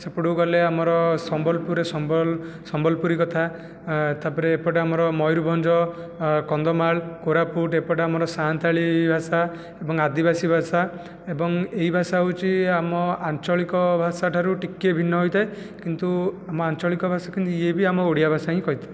ସେପଟକୁ ଗଲେ ଆମର ସମ୍ବଲପୁରରେ ସମ୍ବଲ ସମ୍ବଲପୁରୀ କଥା ତା'ପରେ ଏପଟେ ଆମର ମୟୂରଭଞ୍ଜ କନ୍ଧମାଳ କୋରାପୁଟ ଏପଟେ ଆମର ସାନ୍ତାଳି ଭାଷା ଏବଂ ଆଦିବାସୀ ଭାଷା ଏବଂ ଏହି ଭାଷା ହେଉଛି ଆମ ଆଞ୍ଚଳିକ ଭାଷାଠାରୁ ଠିକିଏ ଭିନ୍ନ ହୋଇଥାଏ କିନ୍ତୁ ଆମ ଆଞ୍ଚଳିକ ଭାଷା କିନ୍ତୁ ଇଏ ବି ଆମ ଓଡ଼ିଆ ଭାଷା ହିଁ କହିଥାଏ